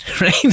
right